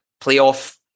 playoff